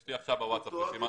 יש לי בווטסאפ רשימה.